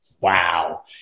Wow